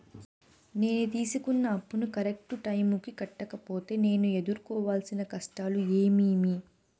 నేను తీసుకున్న అప్పును కరెక్టు టైముకి కట్టకపోతే నేను ఎదురుకోవాల్సిన కష్టాలు ఏమీమి?